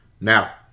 Now